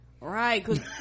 Right